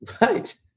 Right